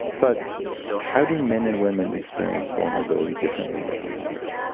but how do men and women experience vulnerability differently on average?